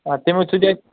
آ تمٔۍ ووٚن ژٕ دِ اَتہِ